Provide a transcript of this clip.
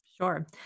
Sure